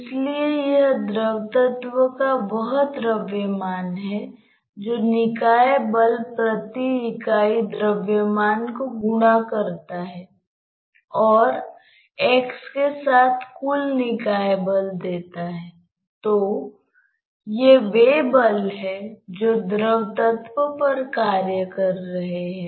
कुछ तरल पदार्थ प्रवेश कर रहा है